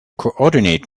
coordinate